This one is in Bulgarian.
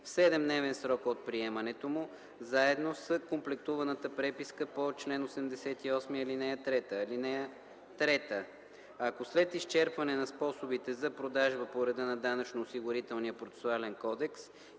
в 7-дневен срок от приемането му, заедно с комплектуваната преписка по чл. 88, ал. 3. (3) Ако след изчерпване на способите за продажба по реда на Данъчно-осигурителния процесуален кодекс